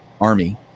Army